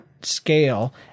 scale